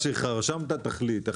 שרשמת תחליט.